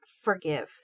forgive